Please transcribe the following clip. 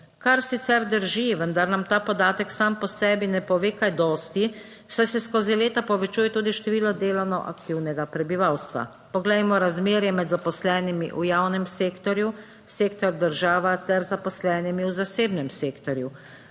kar sicer drži. Vendar nam ta podatek sam po sebi ne pove kaj dosti, saj se skozi leta povečuje tudi število delovno aktivnega prebivalstva. Poglejmo razmerje med zaposlenimi v javnem sektorju, sektor država ter zaposlenimi v zasebnem sektorju.